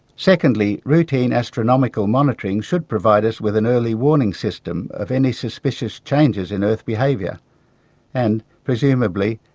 secondly, routine astronomical monitoring should provide us with an early warning system of any suspicious changes in earth behaviour and presumably,